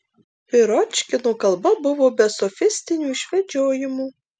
piročkino kalba buvo be sofistinių išvedžiojimų